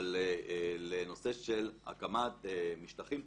אבל לנושא של הקמת משטחים,